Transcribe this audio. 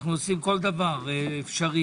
אנו עושים כל דבר אפשרי